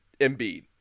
Embiid